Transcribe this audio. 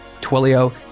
Twilio